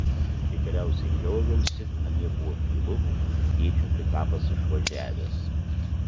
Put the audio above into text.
kai galiausiai lioviausi namie buvo tylu tėčio pikapas išvažiavęs